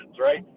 right